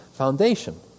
foundation